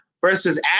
versus